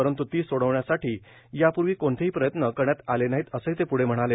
परंतु ती सोडविण्यासाठी यापूर्वी कोणतेही प्रयत्न करण्यात आले नाहीत असंही ते प्रढं म्हणाले